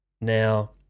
Now